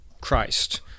Christ